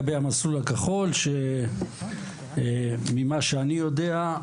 לגבי המסלול הכחול ממה שאני יודע,.